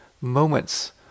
moments